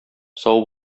сау